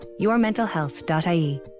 yourmentalhealth.ie